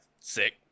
Sick